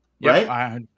right